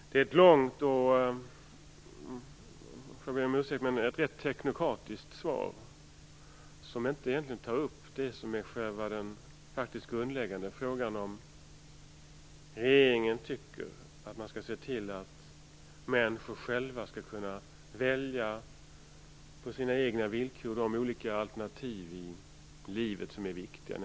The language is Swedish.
Det är ett långt men - jag får be om ursäkt - rätt teknokratiskt svar, som egentligen inte tar upp den faktiskt grundläggande frågan om regeringen tycker att man skall se till att människor själva på sina egna villkor skall kunna välja de olika alternativ i livet som är viktiga.